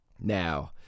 Now